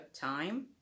time